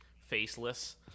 faceless